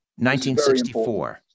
1964